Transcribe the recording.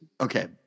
Okay